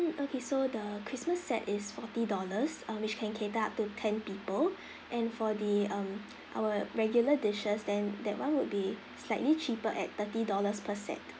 mm okay so the christmas set is forty dollars um which can cater up to ten people and for the um our regular dishes then that one would be slightly cheaper at thirty dollars per set